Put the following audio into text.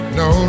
no